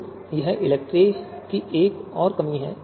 तो यह इलेक्ट्री की एक और कमी है